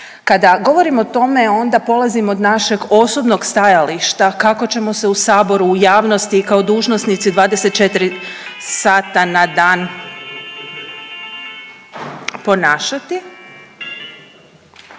Kada govorim o tome onda polazim od našeg osobnog stajališta kako ćemo se u saboru, u javnosti i kao dužnosnici 24 sata na dan ponašati,